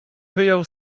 wyjął